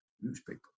newspaper